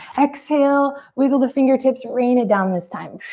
exhale, wiggle the fingertips, rain it down this time.